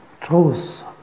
truth